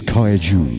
Kaiju